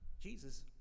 Jesus